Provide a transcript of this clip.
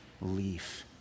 leaf